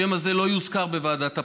השם הזה לא יוזכר בוועדת הפנים.